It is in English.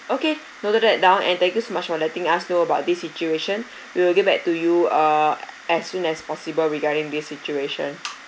okay noted that down and thank you so much for letting us know about this situation we will get back to you uh as soon as possible regarding this situation